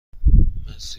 مرسی